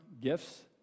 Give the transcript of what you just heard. gifts